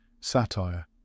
Satire